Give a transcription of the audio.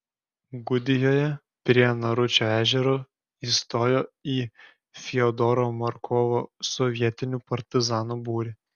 gudijoje prie naručio ežero įstojo į fiodoro markovo sovietinių partizanų būrį